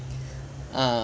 ah